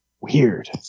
Weird